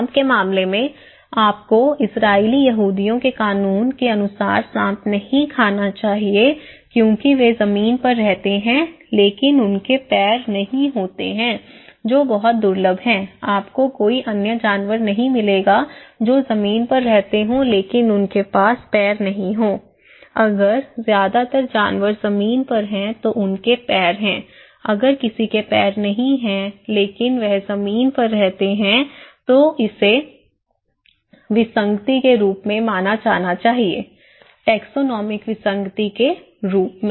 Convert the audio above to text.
साँप के मामले में आपको इज़राइली यहूदियों के कानून के अनुसार साँप नहीं खाना चाहिए क्योंकि वे जमीन पर रहते हैं लेकिन उनके पैर नहीं हैं जो बहुत दुर्लभ हैं आपको कोई अन्य जानवर नहीं मिलेगा जो जमीन पर रहते हों लेकिन उनके पास पैर नहीं है अगर ज्यादातर जानवर जमीन पर हैं तो उनके पैर हैं अगर किसी के पैर नहीं हैं लेकिन जमीन पर रहते हैं तो इसे विसंगति के रूप में माना जाना चाहिए टैक्सोनोमिक विसंगति के रूप में